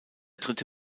dritte